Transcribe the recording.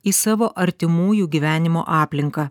į savo artimųjų gyvenimo aplinką